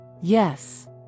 Yes